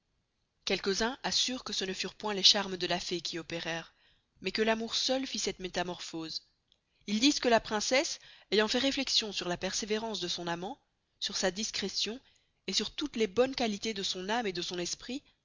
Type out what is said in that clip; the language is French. quelques-uns asseurent que ce ne furent point les charmes de la fée qui opererent mais que l'amour seul fit cette metamorphose ils disent que la princesse ayant fait reflexion sur la perseverance de son amant sur sa discretion et sur toutes les bonnes qualitez de son ame et de son esprit